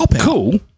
cool